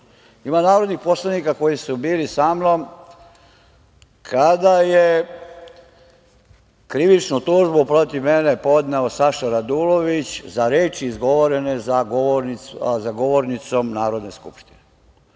narodnih poslanika koji su bili sa mnom kada je krivičnu tužbu protiv mene podneo Saša Radulović za reči izgovorene za govornicom Narodne skupštine.